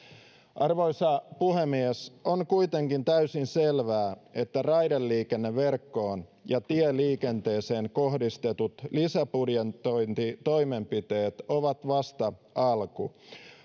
arvoisa puhemies on kuitenkin täysin selvää että raideliikenneverkkoon ja tieliikenteeseen kohdistetut lisäbudjetointitoimenpiteet ovat vasta alku